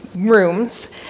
rooms